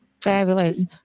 Fabulous